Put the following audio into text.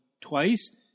twice